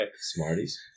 Smarties